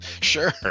sure